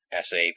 SAP